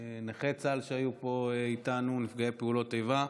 נכי צה"ל שהיו פה איתנו ונפגעי פעולות איבה.